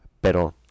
pero